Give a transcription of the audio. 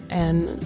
and,